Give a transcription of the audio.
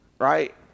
right